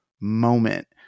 moment